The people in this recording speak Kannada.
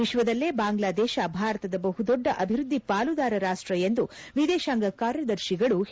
ವಿಶ್ವದಲ್ಲೇ ಬಾಂಗ್ಲಾದೇಶ ಭಾರತದ ಬಹುದೊಡ್ಡ ಅಭಿವೃದ್ದಿ ಪಾಲುದಾರ ರಾಷ್ಟ ಎಂದು ವಿದೇಶಾಂಗ ಕಾರ್ಯದರ್ಶಿಗಳು ಹೇಳದರು